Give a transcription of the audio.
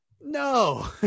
No